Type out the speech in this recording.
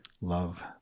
love